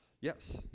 Yes